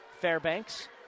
Fairbanks